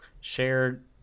shared